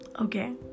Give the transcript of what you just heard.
Okay